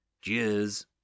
Cheers